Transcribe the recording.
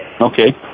Okay